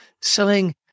selling